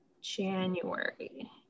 January